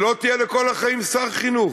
שלא תהיה לכל החיים שר החינוך.